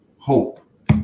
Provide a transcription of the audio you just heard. hope